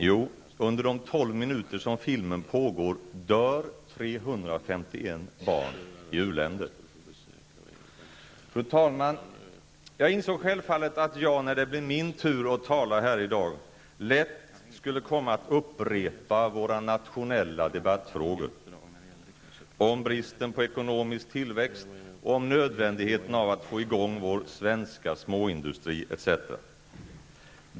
Jo, under de 12 minuter som filmen pågår dör 351 barn i u-länder. Fru talman! Jag insåg självfallet att jag, när det blev min tur att tala, lätt skulle komma att upprepa våra nationella debattämnen -- om bristen på ekonomisk tillväxt och om nödvändigheten av att få i gång vår svenska småindustri.